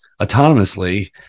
autonomously